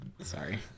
Sorry